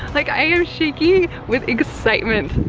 like, i am shaking with excitement.